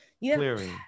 Clearing